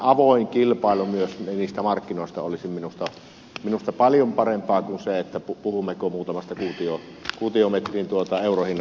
avoin kilpailu myös niistä markkinoista olisi minusta paljon parempaa kuin se puhummeko muutaman kuutiometrin eurohinnasta vai emme